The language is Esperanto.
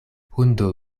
hundo